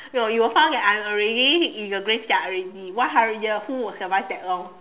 no you will find that I'm already in the graveyard already what hundred years who will survive that long